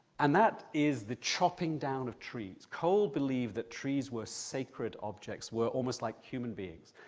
and that is the chopping down of trees. cole believed that trees were sacred objects, were almost like human beings,